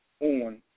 on